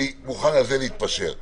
אני מוכן להתפשר על זה.